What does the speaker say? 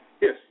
yes